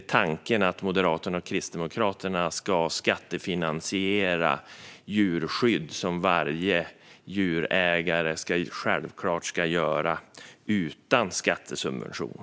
Är tanken att Moderaterna och Kristdemokraterna ska skattefinansiera djurskydd som varje djurägare självklart ska stå för utan skattesubvention?